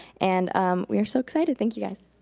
and we're so excited, thank you guys.